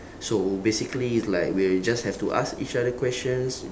so basically it's like we'll just have to ask each other questions